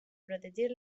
protegir